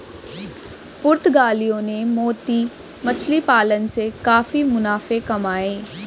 पुर्तगालियों ने मोती मछली पालन से काफी मुनाफे कमाए